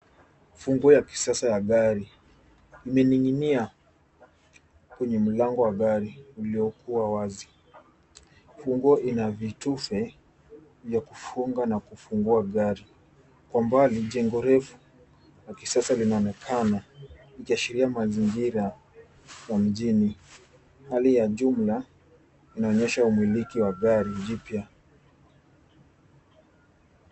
Funguo ya kisasa ya gari imening'inia kwa mlango wa gari iliyokuwa wazi. Funguo ina vitufe vya kufunga na kufungua gari. Kwa mbali jengo refu la kisasa linaonekana likiashiria mazingira ya mjini. Hali ya jumla inaonyesha umiliki wa gari jipya.